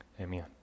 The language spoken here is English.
Amen